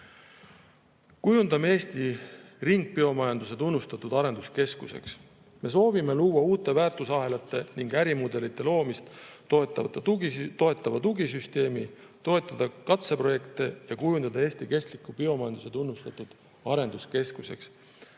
Kujundame Eesti ringbiomajanduse tunnustatud arenduskeskuseks. Me soovime luua uute väärtusahelate ning ärimudelite loomist toetava tugisüsteemi, toetada katseprojekte ja kujundada Eesti kestliku biomajanduse tunnustatud arenduskeskuseks.